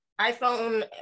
iPhone